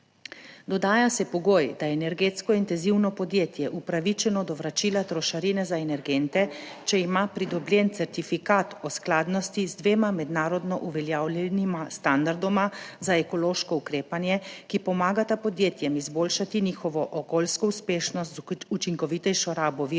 Dodaja se pogoj, da je energetsko intenzivno podjetje upravičeno do vračila trošarine za energente, če ima pridobljen certifikat o skladnosti z dvema mednarodno uveljavljenima standardoma za ekološko ukrepanje, ki pomagata podjetjem izboljšati njihovo okoljsko uspešnost z učinkovitejšo rabo virov